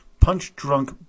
punch-drunk